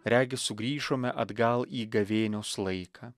regis sugrįžome atgal į gavėnios laiką